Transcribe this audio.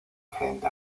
frente